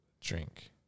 Drink